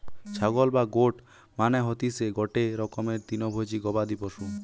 ছাগল বা গোট মানে হতিসে গটে রকমের তৃণভোজী গবাদি পশু